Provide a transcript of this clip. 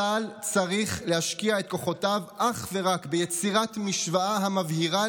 צה"ל צריך להשקיע את כוחותיו אך ורק ביצירת משוואה המבהירה